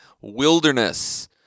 WILDERNESS